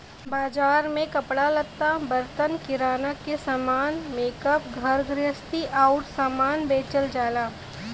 बाजार में कपड़ा लत्ता, बर्तन, किराना के सामान, मेकअप, घर गृहस्ती आउर सामान बेचल जाला